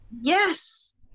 Yes